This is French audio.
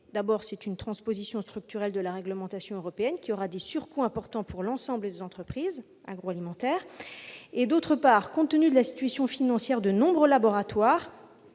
part, cette transposition structurelle de la réglementation européenne aura des surcoûts importants pour l'ensemble des entreprises agroalimentaires ; d'autre part, compte tenu de la situation financière de nombreux laboratoires,